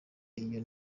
iyo